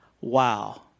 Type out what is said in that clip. wow